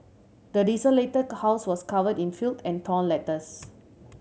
the desolated house was covered in filth and torn letters